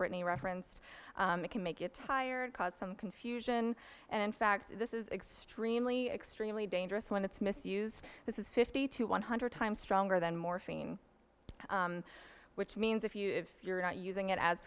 britney referenced it can make it tired cause some confusion and in fact this is extremely extremely dangerous when it's misuse this is fifty to one hundred times stronger than morphine which means if you if you're not using it as